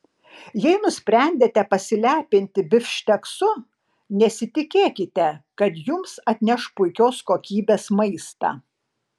jei nusprendėte pasilepinti bifšteksu nesitikėkite kad jums atneš puikios kokybės maistą